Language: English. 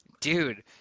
Dude